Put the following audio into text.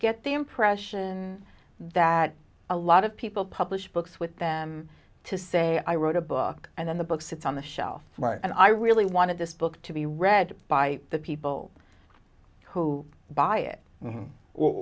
get the impression that a lot of people publish books with them to say i wrote a book and then the book sits on the shelf right and i really wanted this book to be read by the people who buy it